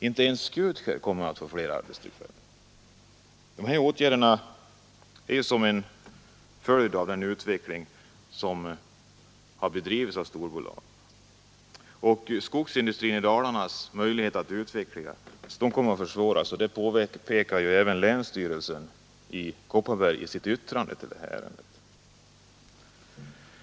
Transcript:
Inte ens Skutskär kommer att få fler arbetstillfällen. Dessa åtgärder är en följd av den utveckling som har bedrivits av storbolagen. Möjligheten för skogsindustrin i Dalarna att utvecklas kommer att försvåras — det påpekar även länsstyrelsen i Kopparberg i sitt yttrande till detta ärende.